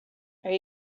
are